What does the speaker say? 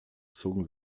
zogen